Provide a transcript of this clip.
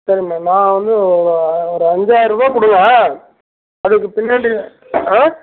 சரிம்மா நான் வந்து ஒரு அஞ்சாயிரம் ரூபாய் கொடுங்க அதுக்குப் பின்னாடி ஆ